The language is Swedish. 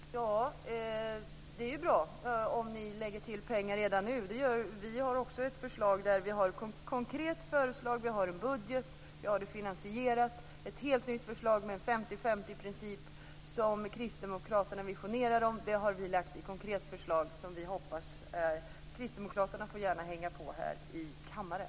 Fru talman! Det är bra om ni lägger till pengar redan nu. Vi har också ett konkret förslag. Vi har en budget. Vi har finansierat det. Det är ett helt nytt förslag om en 50/50-princip, som är kristdemokraternas vision. Det har vi lagt fram ett konkret förslag om. Kristdemokraterna får gärna hänga på i kammaren.